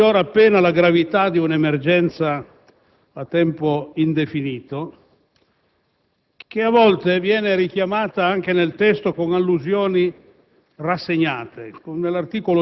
La sola giustificazione plausibile è che nell'emergenza sulla quale interviene questo ennesimo decreto di normale non c'è più nulla.